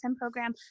program